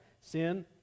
sin